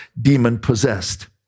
demon-possessed